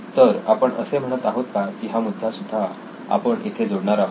तर आपण असे म्हणत आहोत का की हा मुद्दा सुद्धा आपण तिथे जोडणार आहोत